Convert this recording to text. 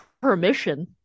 permission